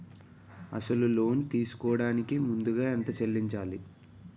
అసలు లోన్ తీసుకోడానికి ముందుగా ఎంత చెల్లించాలి?